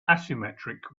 asymmetric